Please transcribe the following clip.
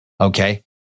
Okay